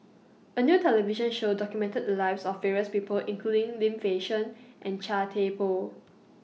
A New television Show documented The Lives of various People including Lim Fei Shen and Chia Thye Poh